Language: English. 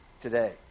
today